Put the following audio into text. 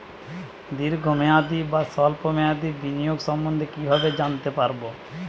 দীর্ঘ মেয়াদি বা স্বল্প মেয়াদি বিনিয়োগ সম্বন্ধে কীভাবে জানতে পারবো?